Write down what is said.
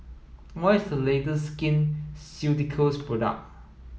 what is the latest Skin Ceuticals product